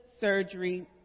surgery